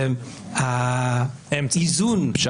דאגה וחשש עמוק שהרפורמה הזאת תפר את מערכת האיזונים והבלמים